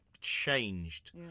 Changed